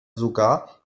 sogar